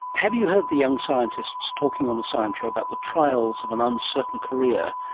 have you heard the young scientists talking on the science show about the trials of an uncertain career?